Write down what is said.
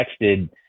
texted